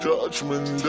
Judgment